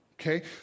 Okay